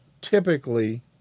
typically